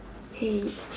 hey